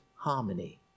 Harmony